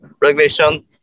regulation